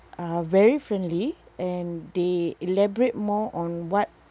are very friendly and they elaborate more on what